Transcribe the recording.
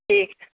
ठीक